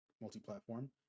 multi-platform